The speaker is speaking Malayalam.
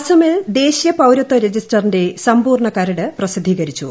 അസമിൽ ദേശീയ പൌരത്വ രജിസ്റ്ററിന്റെ സമ്പൂർണ്ണ കരട് പ്രസിദ്ധീകരിച്ചു